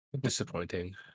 Disappointing